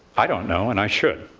i don't know, and i should.